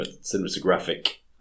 Cinematographic